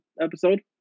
episode